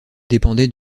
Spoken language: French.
dépendait